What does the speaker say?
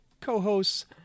co-hosts